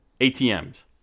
ATMs